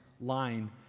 line